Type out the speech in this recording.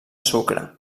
sucre